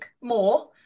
more